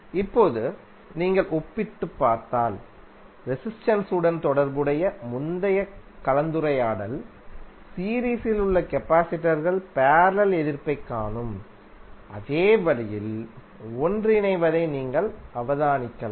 இப்போது நீங்கள் ஒப்பிட்டுப் பார்த்தால் ரெசிஸ்டென்ஸ் உடன் தொடர்புடைய முந்தைய கலந்துரையாடல் சீரீஸில் உள்ள கபாசிடர் கள் பேரலல் எதிர்ப்பைக் காணும் அதே வழியில் ஒன்றிணைவதை நீங்கள் அவதானிக்கலாம்